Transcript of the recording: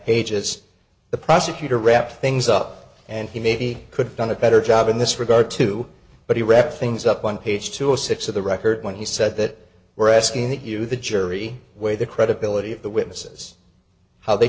pages the prosecutor wrapped things up and he maybe could've done a better job in this regard to but he read things up on page two or six of the record when he said that we're asking that you the jury weigh the credibility of the witnesses how they